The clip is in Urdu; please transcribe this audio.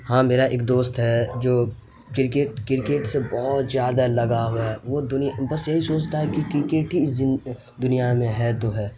ہاں میرا ایک دوست ہے جو کرکٹ کرکٹ سے بہت زیادہ لگاؤ ہے وہ دنیا بس یہی سوچتا ہے کہ کرکٹ ہی دنیا میں ہے تو ہے